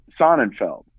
Sonnenfeld